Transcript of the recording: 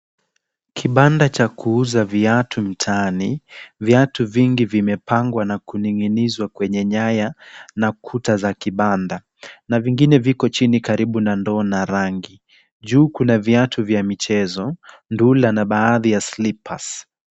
Kibanda cha kuuza viatu mtaani. Viatu vingi vimepangwa na kuning'inizwa kwenye nyaya na kuta za kibanda, na vingine viko chini karibu na ndoo na rangi. Juu kuna viatu vya mchezo, ndula na baadhi ya slippers .